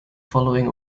following